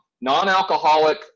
Non-alcoholic